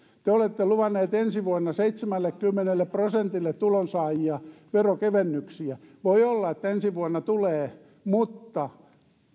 te olette luvanneet ensi vuonna seitsemällekymmenelle prosentille tulonsaajista veronkevennyksiä voi olla että ensi vuonna tulee mutta